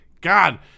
God